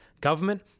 government